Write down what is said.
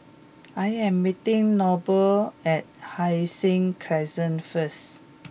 I am meeting Noble at Hai Sing Crescent first